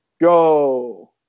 go